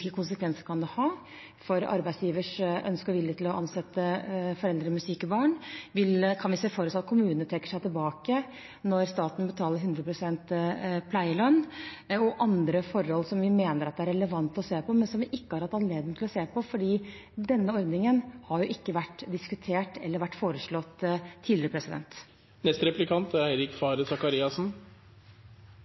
konsekvenser det kan ha for arbeidsgivers ønske om og vilje til å ansette foreldre med syke barn, om vi kan se for oss at kommunene trekker seg tilbake når staten betaler 100 pst. pleielønn, og andre forhold vi mener det er relevant å se på, men som vi ikke har hatt anledning til å se på fordi denne ordningen ikke har blitt diskutert eller foreslått tidligere. Statsråden skriver i et brev til en Løvemamma – Elin, som er